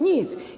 Nic.